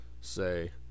say